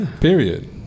period